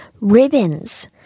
ribbons